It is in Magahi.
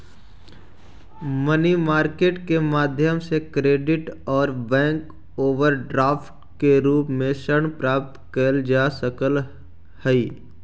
मनी मार्केट के माध्यम से क्रेडिट और बैंक ओवरड्राफ्ट के रूप में ऋण प्राप्त कैल जा सकऽ हई